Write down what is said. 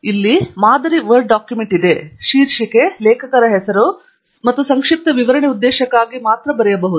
ಇಲ್ಲಿ ಮಾದರಿ Word document ಇದೆ ಶೀರ್ಷಿಕೆ ಲೇಖಕ ಹೆಸರು ಮತ್ತು ಸಂಕ್ಷಿಪ್ತ ವಿವರಣೆ ಉದ್ದೇಶಕ್ಕಾಗಿ ಮಾತ್ರ ಬರೆಯಬಹುದು